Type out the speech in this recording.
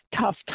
tough